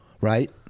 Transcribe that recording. right